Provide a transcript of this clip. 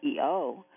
CEO